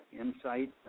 insight